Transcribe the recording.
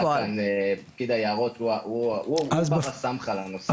פקיד היערות הוא בר-הסמכא לנושא.